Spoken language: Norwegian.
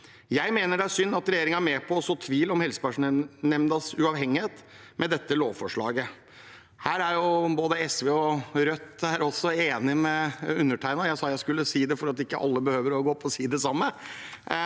Jeg mener det er synd at regjeringen er med på å så tvil om helsepersonellnemndas uavhengighet med dette lovforslaget. Her er både SV og Rødt enig med undertegnede – jeg sa jeg skulle si det så ikke alle behøver å gå opp og si det samme.